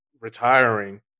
retiring